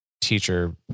teacher